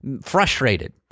frustrated